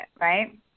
right